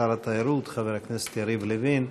שר התיירות חבר הכנסת יריב לוין,